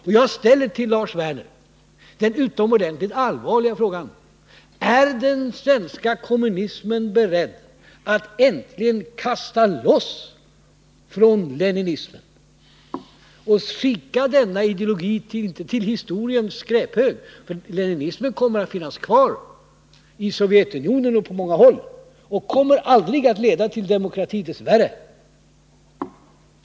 Och jag ställer till Lars Werner den utomordentligt allvarliga frågan: Är den svenska kommunismen beredd att äntligen kasta loss från leninismen? Inte för att skicka denna ideologi till historiens skräphög, ty leninismen kommer att finnas kvar i Sovjetunionen och på många håll och kommer aldrig att leda till demokrati, dess värre.